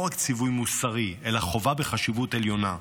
רק ציווי מוסרי אלא חובה בחשיבות עליונה.